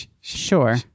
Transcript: sure